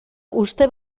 uste